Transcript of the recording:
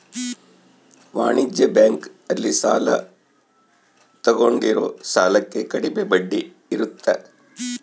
ವಾಣಿಜ್ಯ ಬ್ಯಾಂಕ್ ಅಲ್ಲಿ ಸಾಲ ತಗೊಂಡಿರೋ ಸಾಲಕ್ಕೆ ಕಡಮೆ ಬಡ್ಡಿ ಇರುತ್ತ